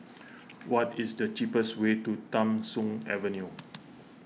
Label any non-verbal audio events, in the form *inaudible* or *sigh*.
*noise* what is the cheapest way to Tham Soong Avenue